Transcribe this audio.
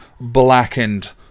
blackened